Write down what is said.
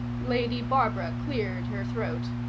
lady barbara cleared her throat.